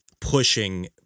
pushing